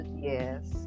Yes